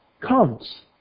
comes